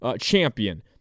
champion